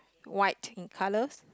white in colour